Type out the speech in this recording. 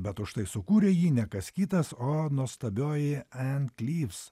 bet užtai sukūrė jį ne kas kitas o nuostabioji en klyvs